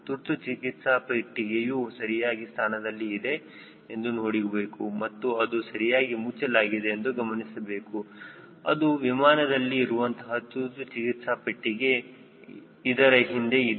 ತುರ್ತು ಚಿಕಿತ್ಸೆ ಪೆಟ್ಟಿಗೆಯು ಸರಿಯಾಗಿ ಸ್ಥಾನದಲ್ಲಿ ಇದೆ ಎಂದು ನೋಡಬೇಕು ಮತ್ತು ಅದು ಸರಿಯಾಗಿ ಮುಚ್ಚಲಾಗಿದೆ ಎಂದು ಗಮನಿಸಬೇಕು ಅದು ವಿಮಾನದಲ್ಲಿ ಇರುವಂತಹ ತುರ್ತು ಚಿಕಿತ್ಸಾ ಪೆಟ್ಟಿಗೆ ಇದರ ಹಿಂದೆ ಇದೆ